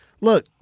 look